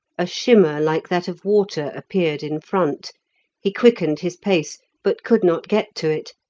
a shimmer like that of water appeared in front he quickened his pace, but could not get to it,